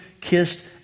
kissed